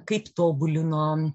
kaip tobulino